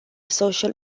social